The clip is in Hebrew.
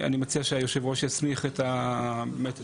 אני מציע שהיושב-ראש יסמיך את הגורמים